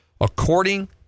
according